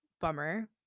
Bummer